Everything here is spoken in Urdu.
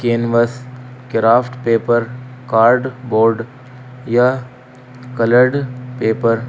canvas craft paper cardboard یا کلرڈ پیپر